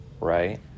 right